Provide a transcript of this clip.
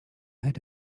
had